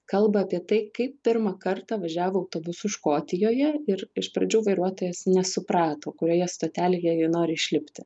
kalba apie tai kaip pirmą kartą važiavo autobusu škotijoje ir iš pradžių vairuotojas nesuprato kurioje stotelėje ji nori išlipti